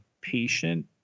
patient